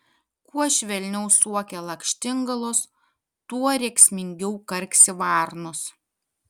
kuo švelniau suokia lakštingalos tuo rėksmingiau karksi varnos